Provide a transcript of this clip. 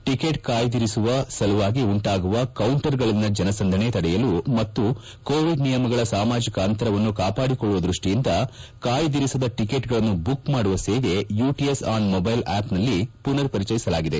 ticket ಕಾಯ್ದಿರಿಸುವ ಸಲುವಾಗಿ ಉಂಟಾಗುವ ಕೌಂಟರ್ಗಳಲ್ಲಿನ ಜನಸಂದಣೆ ತಡೆಯಲು ಮತ್ತು ಕೋವಿಡ್ ನಿಯಮಗಳ ಸಾಮಾಜಿಕ ಅಂತರವನ್ನು ಕಾಪಾಡಿಕೊಳ್ಳುವ ದೃಷ್ಟಿಯಿಂದ ಕಾಯ್ದಿರಿಸದ ಟಿಕೇಟ್ಗಳನ್ನು ಬುಕ್ಮಾಡುವ ಸೇವೆ ಯುಟಿಎಸ್ ಆನ್ ಮೊಬೈಲ್ ಆಪ್ ಮನರ್ಪರಿಚಯಿಸಲಾಗಿದೆ